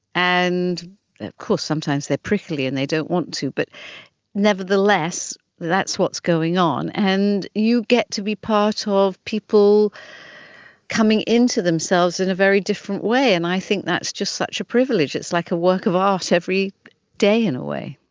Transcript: and of course sometimes they are prickly and they don't want to, but nevertheless that's what's going on. and you get to be part ah of people coming into themselves in a very different way, and i think that's just such a privilege. it's like a work of art every day, in a way.